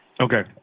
Okay